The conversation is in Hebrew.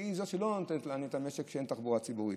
ולא ניתן להניע את המשק כשאין תחבורה ציבורית.